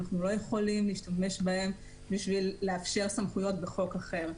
אנחנו לא יכולים להשתמש בהן בשביל לאפשר סמכויות בחוק אחר.